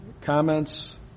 Comments